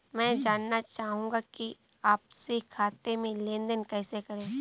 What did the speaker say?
मैं जानना चाहूँगा कि आपसी खाते में लेनदेन कैसे करें?